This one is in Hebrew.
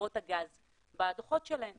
חברות הגז בדוחות שלהם